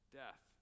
death